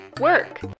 work